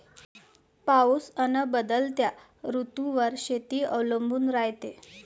पाऊस अन बदलत्या ऋतूवर शेती अवलंबून रायते